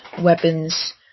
weapons